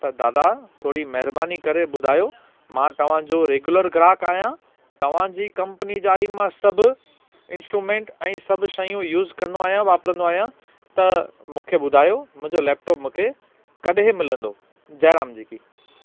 त दादा थोरी महिरबानी करे ॿुधायो मां तव्हांजो रेगूलर ग्राहक आहियां तव्हांजी कंपनी जा ई मां सभु इंस्ट्रूमेंट ऐं सभु शयूं यूस कंदो आहियां वापरंदो आहियां त मूंखे ॿुधायो मुंजो लैपटॉप मूंखे कॾहिं मिलंदो जय राम जी की